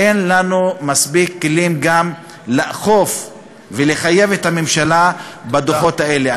אין לנו מספיק כלים גם לאכוף ולחייב את הממשלה בדוחות האלה.